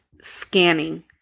scanning